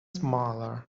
smaller